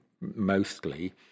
mostly